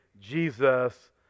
jesus